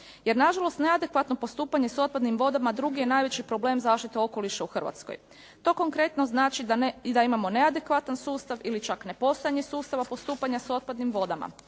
Jer nažalost, neadekvatno postupanje s otpadnim vodama drugi je najveći problem zaštite okoliša u Hrvatskoj. To konkretno znači da imamo neadekvatan sustav ili čak nepostojanje sustava postupanja s otpadnim vodama.